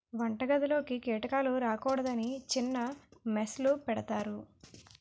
వంటగదిలోకి కీటకాలు రాకూడదని చిన్న మెష్ లు పెడతారు